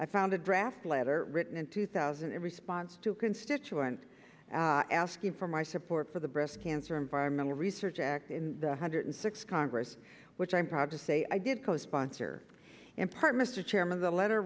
i found a draft letter written in two thousand and responds to constituents asking for my support for the breast cancer environmental research act in the one hundred sixth congress which i'm proud to say i did co sponsor in part mr chairman the letter